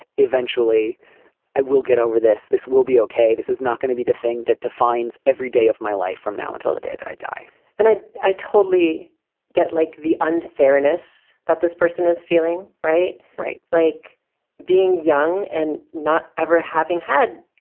eventually i will get over this. this will be okay. this is not going to be the thing that defines every day of my life from now until the day that i die and i i totally get like the unfairness that this person is feeling. right. right. like being young and not ever having had,